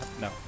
No